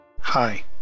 Hi